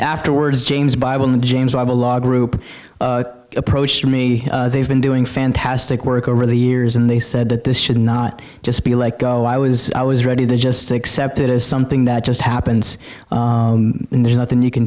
afterwards james bible and james bible law group approached me they've been doing fantastic work over the years and they said that this should not just be like oh i was i was ready to just accept it as something that just happens when there's nothing you can